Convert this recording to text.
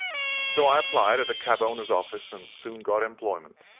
so i applied at a cabowner's office, and soon got employment.